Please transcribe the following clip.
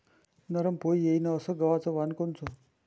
नरम पोळी येईन अस गवाचं वान कोनचं?